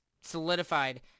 solidified